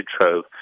trove